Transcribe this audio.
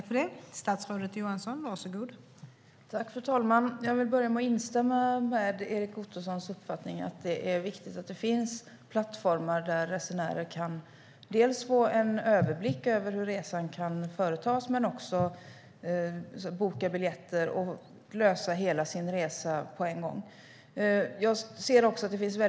Fru talman! Jag vill börja med att instämma i Erik Ottossons uppfattning att det är viktigt att det finns plattformar där resenärer kan få en överblick över hur resan kan företas men också boka biljetter och lösa hela sin resa på en gång.